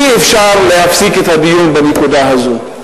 אי-אפשר להפסיק את הדיון בנקודה הזאת,